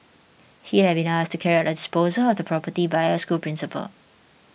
he had been asked to carry out the disposal of the property by a school principal